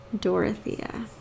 Dorothea